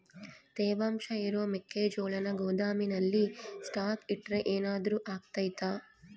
ತೇವಾಂಶ ಇರೋ ಮೆಕ್ಕೆಜೋಳನ ಗೋದಾಮಿನಲ್ಲಿ ಸ್ಟಾಕ್ ಇಟ್ರೆ ಏನಾದರೂ ಅಗ್ತೈತ?